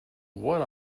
what